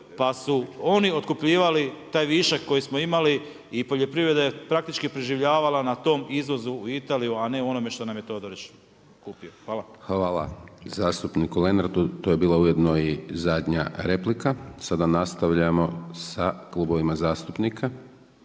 pa su oni otkupljivali taj višak koji smo imali i poljoprivreda je praktički preživljavala na tom izvozu u Italiju a ne onome što nam je Todorić kupio. Hvala. **Hajdaš Dončić, Siniša (SDP)** Hvala zastupniku Lenartu, to je bila ujedno i zadnja replika. Sada nastavljamo sa klubovima zastupnika.